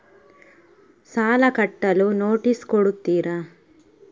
ಸಾಲ ಕಟ್ಟಲು ನೋಟಿಸ್ ಕೊಡುತ್ತೀರ?